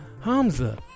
Hamza